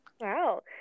Wow